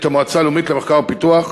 את המועצה הלאומית למחקר ופיתוח.